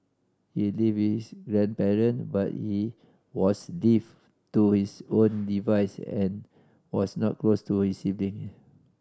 he lived with his grandparent but he was live to his own device and was not close to his sibling